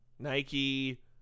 Nike